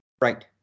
Right